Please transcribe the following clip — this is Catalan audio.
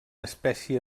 espècie